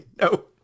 no